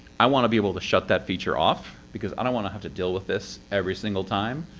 i want to be able to shut that feature off. because i don't want to have to deal with this every single time.